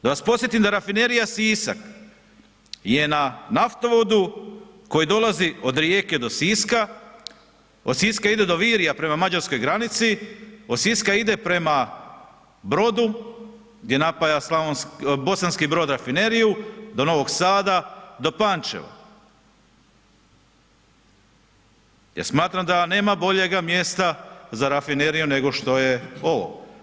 Da vas podsjetim da Rafinerija Sisak je na naftovodu koji dolazi od Rijeke do Siska, od Siska ide do Virja prema mađarskoj granici, od Siska ide prema Brodu gdje napaja Bosanski Brod rafineriju, do Novog Sada, do Pančeva jer smatram da nema boljega mjesta za rafineriju nego što je ovo.